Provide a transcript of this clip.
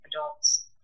adults